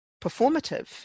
performative